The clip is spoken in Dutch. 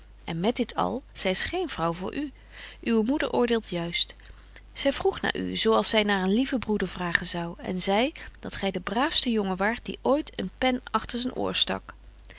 en met dit al zy is geen vrouw voor u uwe moeder oordeelt juist zy vroeg naar u zo als zy naar een lieven broeder vragen zou en zei dat gy de braafste jongen waart die ooit een pen agter zyn oor stak